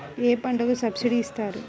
ఏ పంటకు సబ్సిడీ ఇస్తారు?